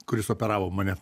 kuris operavo mane